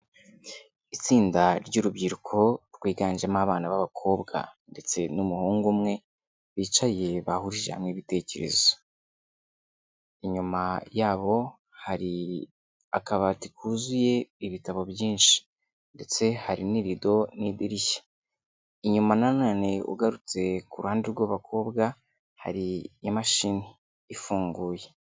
Itsinda ry'urubyiruko rwiganjemo abana b'abakobwa ndetse n'umuhungu umwe bicaye bahurije hamwe ibitekerezo, inyuma yabo hari akabati kuzuye ibitabo byinshi ndetse hari n'irido n'idirishya, inyuma na none ugarutse ku ruhande rw'abakobwa hari imashini ifunguye.